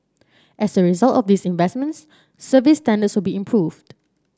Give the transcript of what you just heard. as a result of these investments service standards will be improved